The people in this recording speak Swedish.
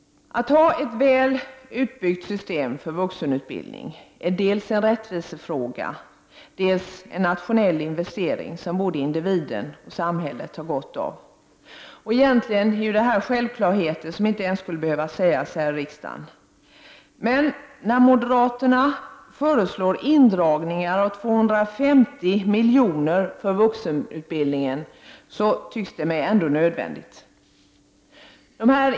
Att ha ett väl utbyggt system för vuxenutbildning är dels en rättvisefråga, dels en nationell investering som både individen och samhället har gott av. Egentligen är detta självklarheter som inte ens skulle behöva sägas i riksdagen. Men när moderaterna föreslår indragningar på 250 miljoner inom vuxenutbildningen tycks det mig ändå nödvändigt.